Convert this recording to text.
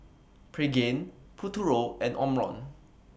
Pregain Futuro and Omron